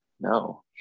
No